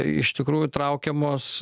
iš tikrųjų traukiamos